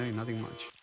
nothing much.